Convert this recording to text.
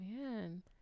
man